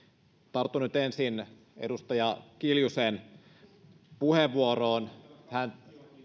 tartun nyt ensin edustaja kiljusen puheenvuoroon